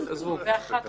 תמשיכי, בבקשה.